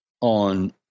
on